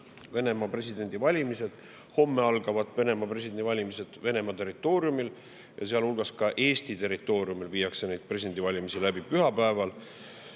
Venemaa presidendivalimised. Homme algavad Venemaa presidendivalimised Venemaa territooriumil, Eesti territooriumil viiakse neid presidendivalimisi läbi pühapäeval.